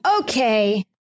Okay